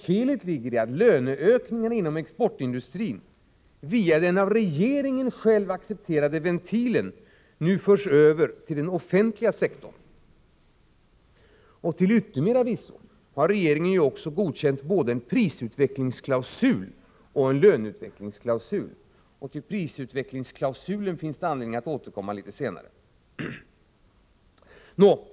Felet ligger i att löneökningarna i exportindustrin via den av regeringen själv accepterade ventilen nu förs över till den offentliga sektorn. Till yttermera visso har regeringen godkänt både en prisutvecklingsklausul och en löneutvecklingsklausul. Till prisutvecklingsklausulen finns det anledning att återkomma litet senare.